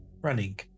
Running